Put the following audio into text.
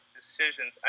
decisions